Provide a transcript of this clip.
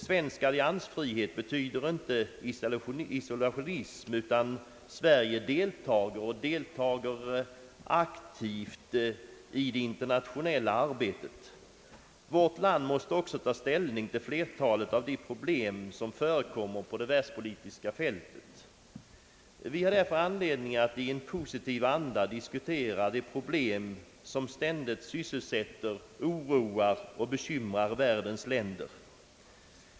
Svensk alliansfrihet betyder inte isolationism, utan Sverige deltager och deltager aktivt i det internationella arbetet. Vårt land måste också ta ställning till flertalet av de problem som förekommer på det världspolitiska fältet. Vi har därför anledning att i en positiv anda diskutera de problem som ständigt sysselsätter och oroar världens länder.